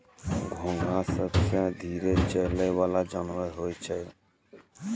घोंघा सबसें धीरे चलै वला जानवर होय छै